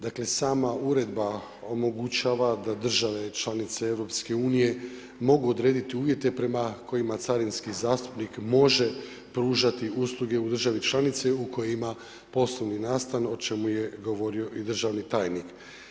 Dakle sama uredba omogućava da države članice EU mogu odrediti uvjete prema kojima carinski zastupnik može pružati usluge u državi članici u kojima ima poslovni nastan o čemu je govorio i državni tajnik.